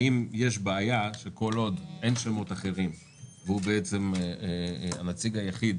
האם יש בעיה שכל עוד אין שמות אחרים והוא בעצם הנציג היחיד,